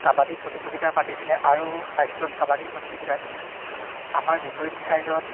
কাবাডী প্ৰতিযোগিতা পাতিছিলে আৰু হাইস্কুলত কাবাডী প্ৰতিযোগিতাত আমাৰ বিপৰীত ছাইডত